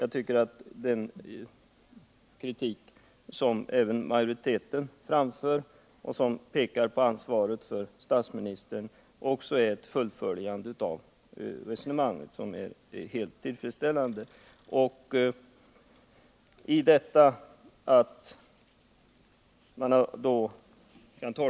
Jag tycker att den kritik utskottsmajoriteten framför, där man pekar på ansvaret för statsministern, också är ett helt tillfredsställande fullföljande av resonemanget.